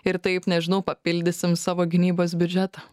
ir taip nežinau papildysim savo gynybos biudžetą